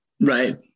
Right